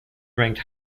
ranked